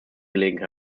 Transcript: gelegen